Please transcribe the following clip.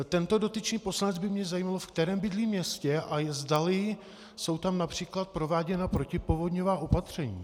Tento dotyčný poslanec, by mě zajímalo, v kterém bydlí městě a zdali jsou tam např. prováděna protipovodňová opatření.